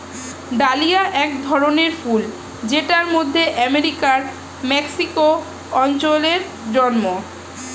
dahlia এক ধরনের ফুল জেট মধ্য আমেরিকার মেক্সিকো অঞ্চলে জন্মায়